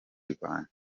rwanjye